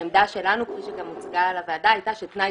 העמדה שלנו כפי שגם הוצגה לוועדה הייתה שתנאי